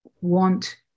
want